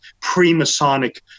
pre-Masonic